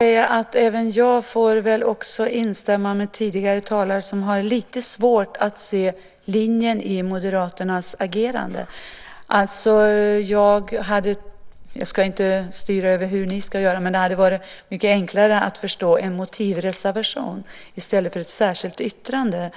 Herr talman! Även jag får instämma med tidigare talare som har lite svårt att se linjen i Moderaternas agerande. Jag ska inte styra över hur ni ska göra, men det hade varit enklare att förstå en motivreservation i stället för ett särskilt yttrande.